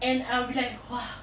an err we like !whoa!